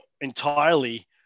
entirely